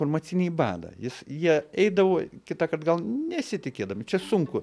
informacinį badą jis jie eidavo kitąkart gal nesitikėdami čia sunku